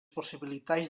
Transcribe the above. possibilitats